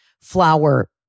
flower